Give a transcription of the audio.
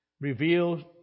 reveals